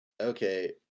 okay